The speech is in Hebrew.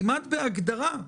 כמעט מן ההגדרה,